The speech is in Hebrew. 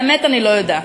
האמת, אני לא יודעת.